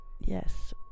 Yes